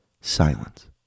Silence